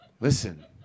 Listen